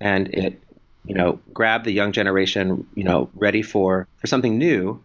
and it you know grabbed the young generation you know ready for for something new.